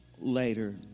later